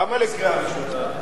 למה לקריאה ראשונה?